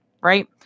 right